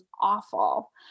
awful